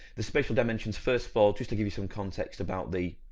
the spatial dimensions, first of all, just to give you some context about the,